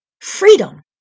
Freedom